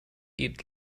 eat